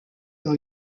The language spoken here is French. par